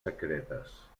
secretes